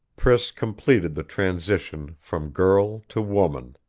priss completed the transition from girl to woman.